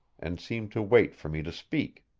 and seemed to wait for me to speak.